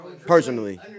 personally